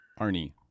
arnie